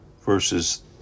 verses